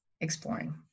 exploring